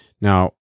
Now